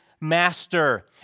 master